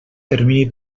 termini